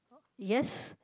yes